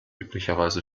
üblicherweise